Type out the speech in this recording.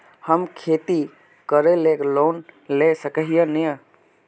हम खेती करे ले लोन ला सके है नय?